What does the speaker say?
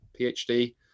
PhD